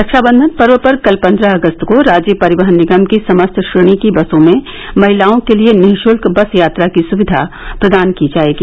रक्षाबंधन पर्व पर कल पन्द्रह अगस्त को राज्य परिवहन निगम की समस्त श्रेणी की बसों में महिलाओं के लिये निःशुल्क बस यात्रा की सुविधा प्रदान की जायेगी